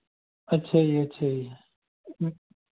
ਅੱਛਾ ਜੀ ਅੱਛਾ ਜੀ